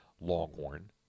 Longhorn